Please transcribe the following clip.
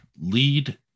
lead